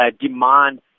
demand